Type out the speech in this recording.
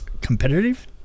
competitive